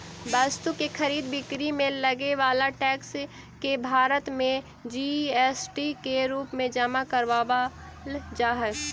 वस्तु के खरीद बिक्री में लगे वाला टैक्स के भारत में जी.एस.टी के रूप में जमा करावल जा हई